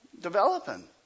Developing